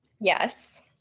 Yes